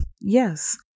Yes